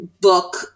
book